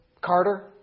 Carter